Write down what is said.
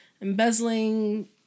embezzling